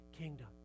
kingdom